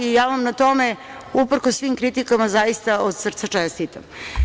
Ja vam na tome, uprkos svim kritikama, zaista od srca čestitam.